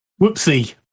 Whoopsie